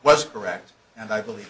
was correct and i believe